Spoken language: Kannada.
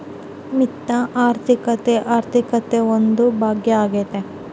ವಿತ್ತ ಆರ್ಥಿಕತೆ ಆರ್ಥಿಕತೆ ಒಂದು ಭಾಗ ಆಗ್ಯತೆ